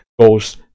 goes